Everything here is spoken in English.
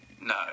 No